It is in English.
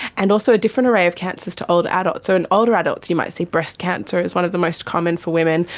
and also a different array of cancers to older adults. so in older adults you might see breast cancer as one of the most common for women,